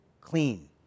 clean